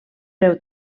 breu